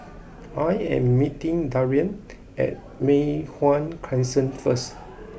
I am meeting Darian at Mei Hwan Crescent first